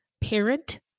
parent